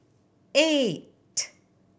eight